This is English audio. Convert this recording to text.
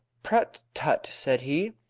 prut, tut! said he.